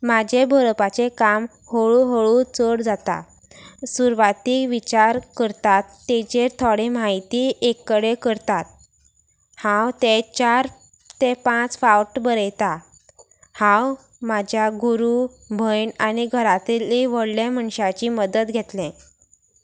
म्हाजें बरोवपाचें काम हळू हळू चड जाता सुरवाती विचार करतात तेजेर थोडे म्हायती एक कडेन करतात हांव ते चार ते पांच फावट बरयता हांव म्हाज्या गुरू भयण आनी घरांतल्ली व्हडल्या मनशाची मदत घेतलें